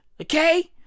Okay